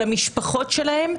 על המשפחות שלהם,